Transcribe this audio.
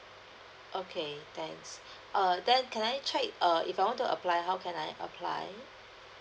okay thanks err then can I check uh if I want to apply how can I apply